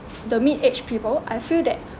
the mid age people I feel that